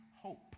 hope